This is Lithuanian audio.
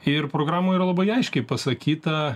ir programoj yra labai aiškiai pasakyta